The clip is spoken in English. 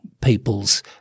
people's